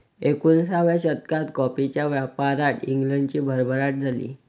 एकोणिसाव्या शतकात कॉफीच्या व्यापारात इंग्लंडची भरभराट झाली